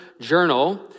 journal